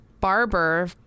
barber